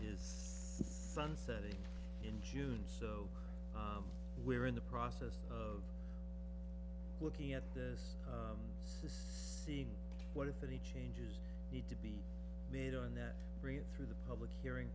is sunset in june so we're in the process of looking at this seeing what if any changes need to be made on that breathe through the public hearing